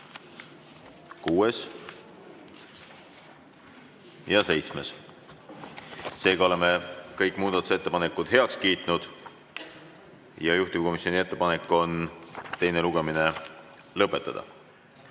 kuues ja seitsmes – oleme kõik muudatusettepanekud heaks kiitnud. Juhtivkomisjoni ettepanek on teine lugemine lõpetada.